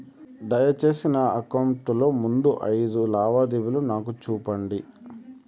దయసేసి నా అకౌంట్ లో ముందు అయిదు లావాదేవీలు నాకు చూపండి